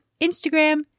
Instagram